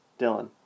Dylan